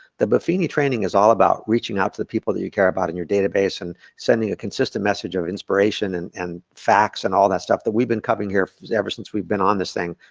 the bervenia training is all about reaching out to the people you care about in your daily basis and sending a consistent message of inspiration and and facts and all that stuff that we've been covering here ever since we've been on this thing,